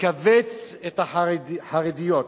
"לכווץ את החרדיות.